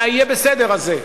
זה ה"יהיה בסדר" הזה,